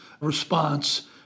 response